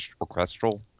orchestral